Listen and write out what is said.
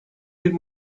bir